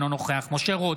אינו נוכח משה רוט,